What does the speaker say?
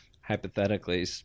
hypothetically